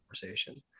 conversation